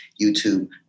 YouTube